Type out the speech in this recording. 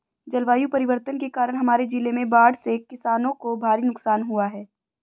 जलवायु परिवर्तन के कारण हमारे जिले में बाढ़ से किसानों को भारी नुकसान हुआ है